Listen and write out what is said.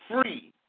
free